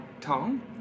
Tom